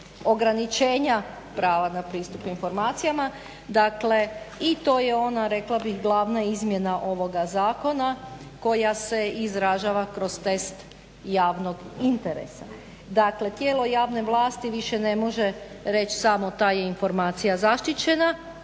ograničenja prava na pristup informacijama, dakle i to je ona rekla bih glavna izmjena ovoga zakona koja se izražava kroz test javnog interesa. Dakle tijelo javne vlasti više ne može reći samo ta je informacija zaštićena